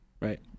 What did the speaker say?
right